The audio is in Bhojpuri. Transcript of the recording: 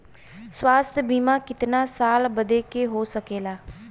स्वास्थ्य बीमा कितना साल बदे हो सकेला?